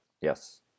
Yes